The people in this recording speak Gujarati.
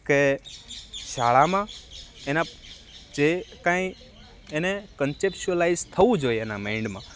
કે શાળામાં એના જે કાંઈ એને કંચેપસ્યુલાયઝ થવું જોઈએ એના માઈન્ડમાં